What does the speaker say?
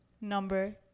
number